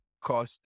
cost